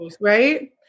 right